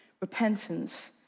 repentance